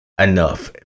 enough